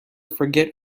forget